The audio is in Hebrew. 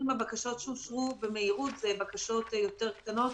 הבקשות שאושרו במהירות הן בקשות קטנות יותר